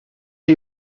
chi